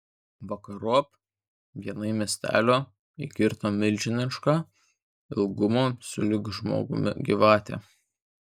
vakarop vienai miestietei įkirto milžiniška ilgumo sulig žmogumi gyvatė